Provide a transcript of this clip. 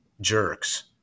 jerks